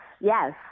yes